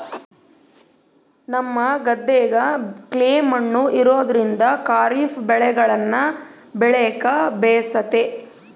ನಮ್ಮ ಗದ್ದೆಗ ಕ್ಲೇ ಮಣ್ಣು ಇರೋದ್ರಿಂದ ಖಾರಿಫ್ ಬೆಳೆಗಳನ್ನ ಬೆಳೆಕ ಬೇಸತೆ